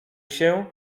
się